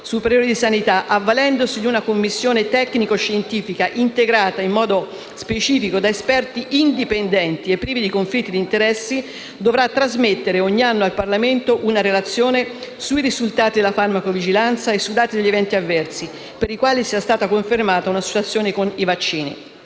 superiore di sanità e avvalendosi di una commissione tecnico-scientifica integrata in modo specifico da esperti indipendenti e privi di conflitti di interessi, dovrà trasmettere ogni anno al Parlamento una relazione sui risultati della farmacovigilanza e sui dati degli eventi avversi per i quali sia stata confermata un'associazione con i vaccini.